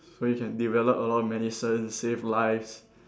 so you can develop a lot of medicine save lives